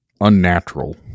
unnatural